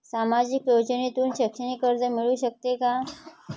सामाजिक योजनेतून शैक्षणिक कर्ज मिळू शकते का?